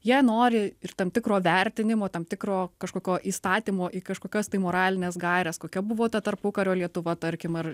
jie nori ir tam tikro vertinimo tam tikro kažkokio įstatymo į kažkokias tai moralines gaires kokia buvo ta tarpukario lietuva tarkim ar